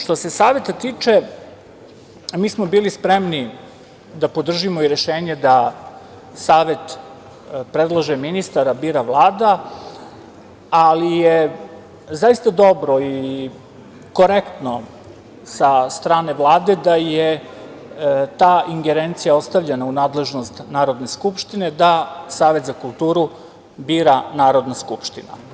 Što se Saveta tiče, mi smo bili spremni da podržimo i rešenje da Savet predlaže ministar, bira Vlada, ali je zaista dobro i korektno od strane Vlade da je ta ingerencija ostavljena u nadležnost Narodne skupštine, da Savet za kulturu bira Narodna skupština.